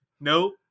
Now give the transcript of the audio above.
Nope